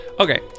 okay